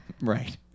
right